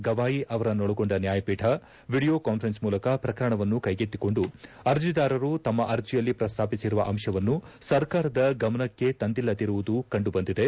ಗವಾಯಿ ಅವರನ್ನೊಳಗೊಂಡ ನ್ಯಾಯಪೀಠ video conference ಮೂಲಕ ಪ್ರಕರಣವನ್ನು ಕ್ಲೆಗೆತ್ತಿಕೊಂಡು ಅರ್ಜಿದಾರರು ತಮ್ಮ ಅರ್ಜಿಯಲ್ಲಿ ಪ್ರಸ್ತಾಪಿಸಿರುವ ಅಂಶವನ್ನು ಸರ್ಕಾರದ ಗಮನಕ್ಕೆ ತಂದಿಲ್ಲದಿರುವುದು ಕಂಡು ಬಂದಿದೆ